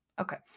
Okay